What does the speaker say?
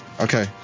Okay